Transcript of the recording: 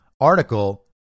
article